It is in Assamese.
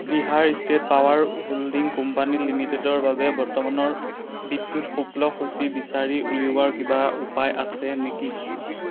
Bihar state power holding company লিমিটেডৰ বাবে বৰ্তমানৰ বিদ্যুৎ শুল্কসূচী বিচাৰি উলিওৱাৰ কিবা উপায় আছে নেকি